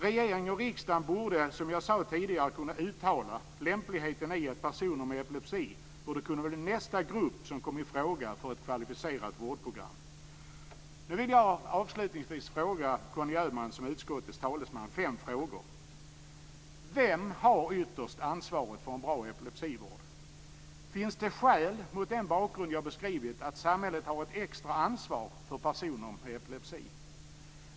Regering och riksdag borde, som jag tidigare sade, kunna uttala lämpligheten i att personer med epilepsi borde kunna bli nästa grupp att komma i fråga för ett kvalificerat vårdprogram. Jag vill avslutningsvis ställa fem frågor till Conny Finns det skäl, mot den bakgrund som jag har beskrivit, att samhället tar ett extra ansvar för personer med epilepsi?